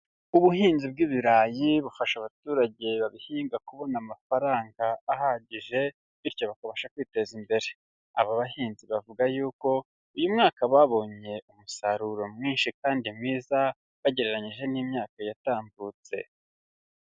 Ubuhinzi bw'ibirayi bufasha abaturage babihinga kubona amafaranga ahagije, bityo bakabasha kwiteza imbere, aba bahinzi bavuga yuko uyu mwaka babonye umusaruro mwinshi kandi mwiza bagereranyije n'imyaka yatambutse.